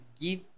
give